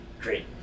great